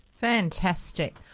Fantastic